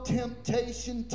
temptation